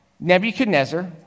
Nebuchadnezzar